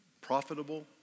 profitable